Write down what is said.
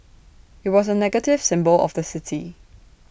IT was A negative symbol of the city